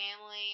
family